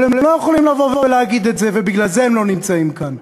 אבל הם לא יכולים לבוא ולהגיד את זה ובגלל זה הם לא נמצאים כאן.